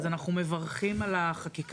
אז אנחנו מברכים על החקיקה.